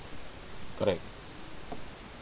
correct